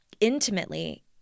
intimately